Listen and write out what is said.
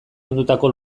ondutako